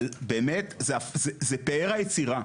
זה פאר היצירה